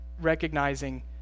recognizing